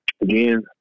Again